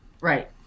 Right